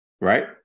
Right